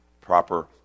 Proper